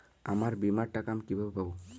আমার বীমার টাকা আমি কিভাবে পাবো?